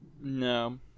No